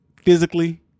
physically